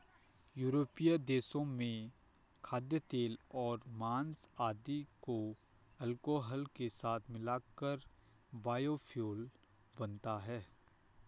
यूरोपीय देशों में खाद्यतेल और माँस आदि को अल्कोहल के साथ मिलाकर बायोफ्यूल बनता है